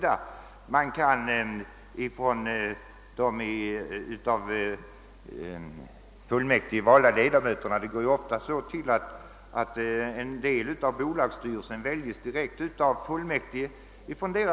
En del av ledamöterna i bolagsstyrelsen väljs ofta direkt av fullmäktige.